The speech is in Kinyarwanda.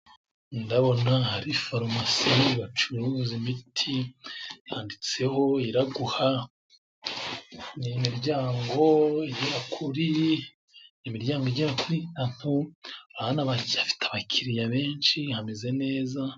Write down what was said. Ndabona hari farumasi bacuruza imiti yanditseho Iraguha, ni imiryango igera kuri, imiryango igera kuri aho hano afite abakiriya benshi hameze neza.